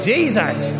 Jesus